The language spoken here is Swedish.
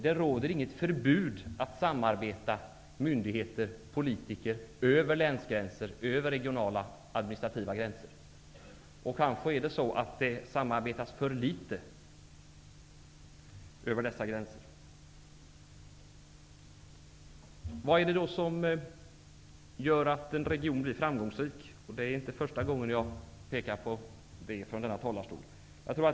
Det råder inget förbud mot samarbete med myndigheter och politiker över länsgränser och regionala administrativa gränser. Kanske samarbetas det för litet över dessa gränser. Vad är det som gör en region framgångsrik? Det är inte första gången som jag pekar på den frågan från den här talarstolen.